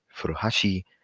Furuhashi